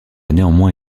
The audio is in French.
néanmoins